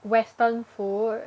western food